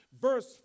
Verse